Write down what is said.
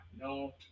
No